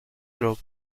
group